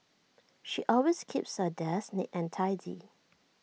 she always keeps her desk neat and tidy